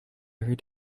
read